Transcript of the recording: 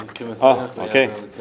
Okay